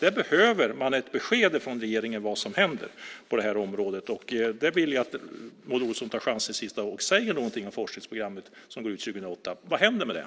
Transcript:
Där behöver man ett besked från regeringen om vad som händer på området. Jag vill att Maud Olofsson i sitt sista inlägg tar chansen och säger någonting om forskningsprogrammet som går ut 2008. Vad händer med det?